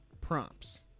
prompts